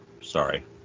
sorry